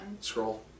Scroll